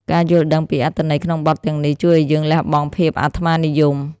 ការយល់ដឹងពីអត្ថន័យក្នុងបទទាំងនេះ ជួយឱ្យយើងលះបង់ភាពអាត្មានិយម។